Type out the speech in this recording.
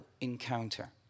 encounter